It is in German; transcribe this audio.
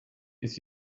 ist